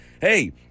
hey